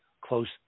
close